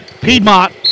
Piedmont